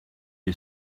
est